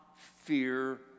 Fear